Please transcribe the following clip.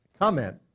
comment